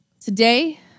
Today